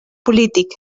polític